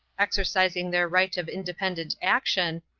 exercising their right of independent action,